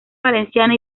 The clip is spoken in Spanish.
valenciana